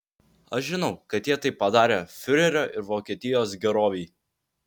aš žinau kad jie tai padarė fiurerio ir vokietijos gerovei